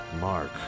Mark